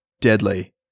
deadly